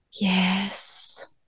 Yes